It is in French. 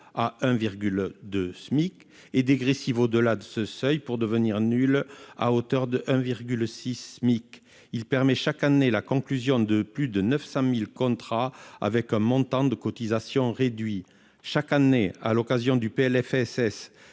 exonération dégressive au-delà de ce seuil pour devenir nulle à hauteur de 1,6 Smic. Il permet chaque année la conclusion de plus de 900 000 contrats avec un montant de cotisations réduit. Chaque année, à l'occasion du PLFSS,